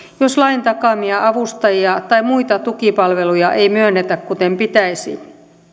jos lain takaamia avustajia tai muita tukipalveluja ei myönnetä kuten pitäisi